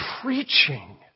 preaching